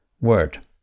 word